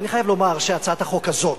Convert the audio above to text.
אני חייב לומר שהצעת החוק הזאת,